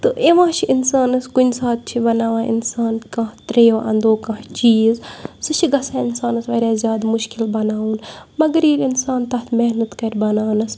تہٕ یِوان چھِ اِنسانَس کُنہِ ساتہٕ چھِ بَناوان اِنسان کانٛہہ ترٛیٚیو اَندو کانٛہہ چیٖز سُہ چھِ گژھان اِنسانَس واریاہ زیادٕ مُشکِل بَناوُن مگر ییٚلہِ اِنسان تَتھ محنت کَرِ بَناونَس